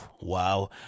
wow